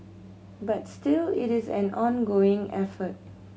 but still it is an ongoing effort